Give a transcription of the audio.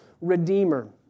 redeemer